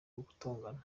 gutongana